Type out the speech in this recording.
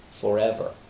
forever